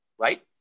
right